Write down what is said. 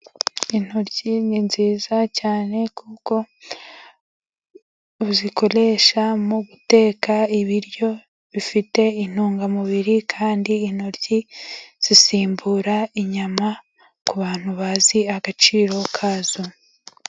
Intoryi ni nziza cyane, kuko uzikoresha mu guteka ibiryo bifite intungamubiri, kandi intoryi zisimbura inyama ku bantu bazi agaciro kazo.